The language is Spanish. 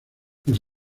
los